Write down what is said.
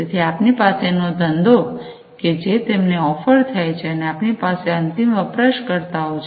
તેથી આપની પાસે નો ધંધો કે જે તેમને ઓફર થાય છે અને આપની પાસે અંતિમ વપરાશકર્તાઓ છે